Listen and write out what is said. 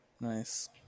Nice